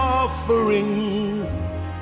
Offering